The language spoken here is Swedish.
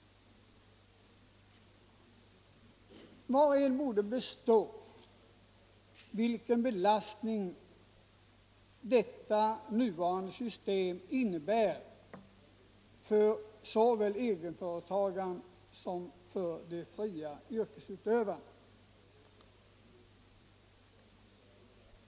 Var och en torde förstå vilken belastning det nuvarande systemet innebär för såväl egenföretagarna som de fria yrkesutövarna.